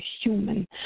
human